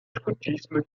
scoutisme